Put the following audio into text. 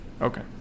Okay